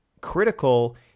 critical